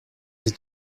sie